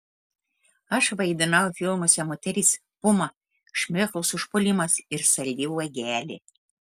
aš vaidinau filmuose moteris puma šmėklos užpuolimas ir saldi uogelė